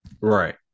right